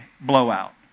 blowout